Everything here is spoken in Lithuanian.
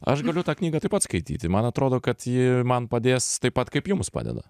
aš galiu tą knygą taip pat skaityti man atrodo kad ji man padės taip pat kaip jums padeda